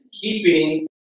keeping